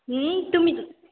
तुमी